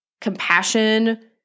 compassion